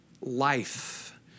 life